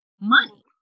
Money